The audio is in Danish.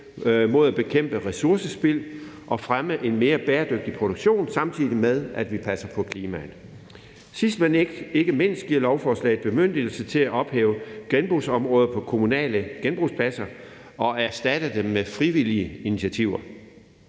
for at bekæmpe ressourcespild og fremme en mere bæredygtig produktion, samtidig med at vi passer på klimaet. Sidst, men ikke mindst, giver lovforslaget bemyndigelse til at ophæve genbrugsområder på kommunale genbrugspladser og erstatte dem med frivillige initiativer.